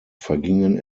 vergingen